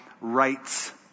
rights